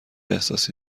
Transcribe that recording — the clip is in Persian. احساسی